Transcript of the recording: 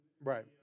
Right